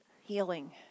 healing